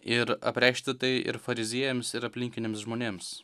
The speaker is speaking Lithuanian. ir apreikšti tai ir fariziejams ir aplinkiniams žmonėms